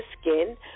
skin